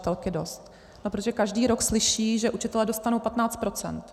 No protože každý rok slyší, že učitelé dostanou 15 %.